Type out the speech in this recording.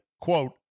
quote